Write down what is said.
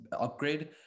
upgrade